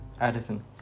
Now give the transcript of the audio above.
Addison